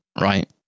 right